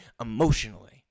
emotionally